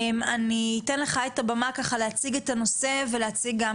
אני אתן לך את הבמה להציג את הנושא ולהציג גם